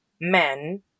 men